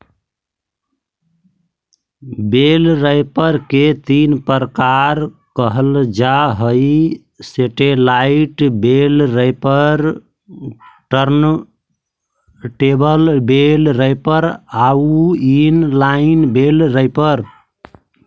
बेल wrapper के तीन प्रकार कहल जा हई satellite bale wrapper, turntable bale wrapper आउ इन लाइन बेल रैपर